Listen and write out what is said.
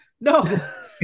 No